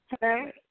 Hello